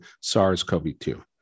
SARS-CoV-2